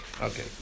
Okay